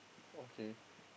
okay